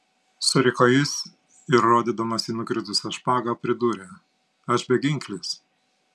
suriko jis ir rodydamas į nukritusią špagą pridūrė aš beginklis